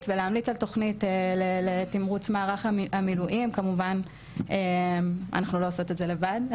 ולהמליץ על תוכנית לתמרוץ מערך המילואים כמובן אנחנו לא עושות את זה לבד,